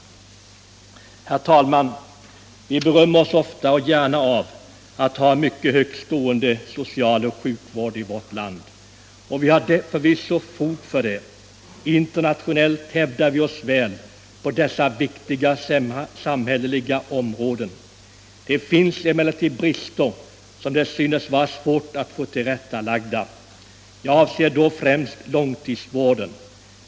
Herr talman! Vi berömmer oss ofta och gärna av att ha en mycket högt stående social och sjukvård i vårt land. Och vi har förvisso fog för det — internationellt hävdar vi oss väl på dessa viktiga samhälleliga områden. Det finns emellertid brister som det synes vara svårt att få avhjälpta. Jag avser då främst långtidsvården.